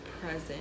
present